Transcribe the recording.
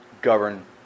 Govern